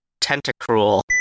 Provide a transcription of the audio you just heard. Tentacruel